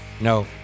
No